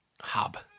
Hub